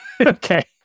Okay